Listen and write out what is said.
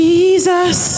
Jesus